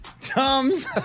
Tums